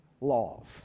laws